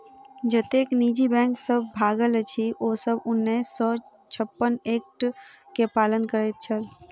जतेक निजी बैंक सब भागल अछि, ओ सब उन्नैस सौ छप्पन एक्ट के पालन करैत छल